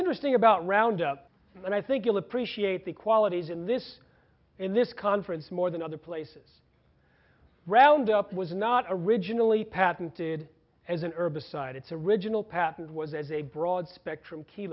interesting about roundup and i think you'll appreciate the qualities in this in this conference more than other places roundup was not originally patented as an herb aside its original patent was as a broad spectrum key